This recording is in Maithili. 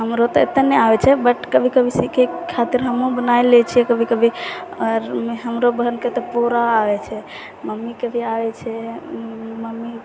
हमरो ओते नहि आबै छै बट कभी कभी सीखै के खातिर हमहुँ बना लै छियै कभी कभी हमरो बहनके तऽ पूरा आबै छै मम्मीके भी आबै छै मम्मी